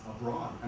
abroad